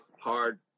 hard